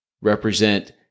represent